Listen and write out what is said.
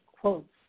quotes